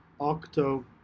octo